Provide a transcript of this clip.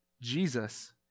Jesus